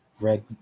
Red